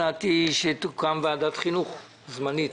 שהצעתי שתוקם ועדת חינוך זמנית